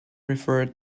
refer